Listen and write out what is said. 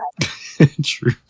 True